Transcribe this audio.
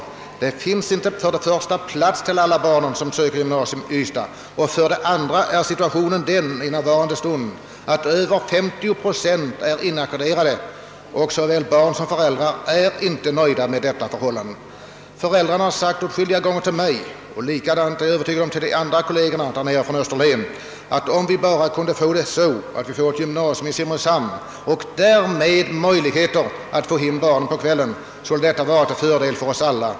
För det första finns det emellertid inte plats för alla barn som söker till gymnasiet i Ystad, och för det andra är situationen i närvarande stund den att över 50 procent av eleverna är inackorderade. Varken barnen eller föräldrarna är nöjda med det förhållandet. Många föräldrar har sagt till mig — och jag är övertygad om att mina kolleger från Österlen fått höra detsamma — att om vi kunde få ett gymnasium i Simrishamn och därmed möjligheter att få hem barnen på kvällarna, så skulle detta vara till stor fördel för oss alla.